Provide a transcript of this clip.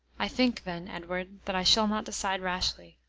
i think then, edward, that i shall not decide rashly.